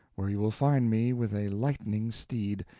where you will find me with a lightning steed,